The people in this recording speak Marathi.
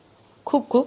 खूप खूप धन्यवाद